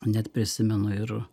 net prisimenu ir